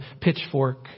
pitchfork